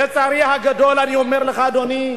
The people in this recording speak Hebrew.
לצערי הגדול, אני אומר לך, אדוני,